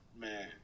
man